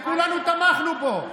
וכולנו תמכנו בו,